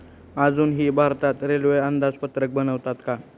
अजूनही भारतात रेल्वे अंदाजपत्रक बनवतात का?